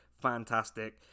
fantastic